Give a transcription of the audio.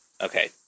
Okay